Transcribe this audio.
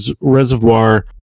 reservoir